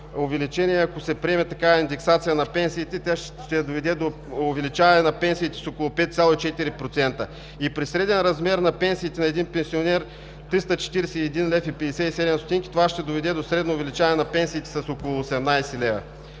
Ако се приеме такава индексация на пенсиите, тя ще доведе до увеличаване на пенсиите с около 5,4% и при среден размер на пенсиите на един пенсионер 341,57 лв. това ще доведе до средно увеличаване на пенсиите с около 18 лв.